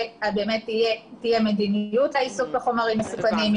על כך שתהיה מדיניות איסוף חומרים מסוכנים,